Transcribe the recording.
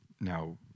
Now